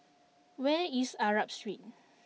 where is Arab Street